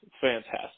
fantastic